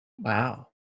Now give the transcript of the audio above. Wow